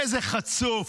איזה חצוף.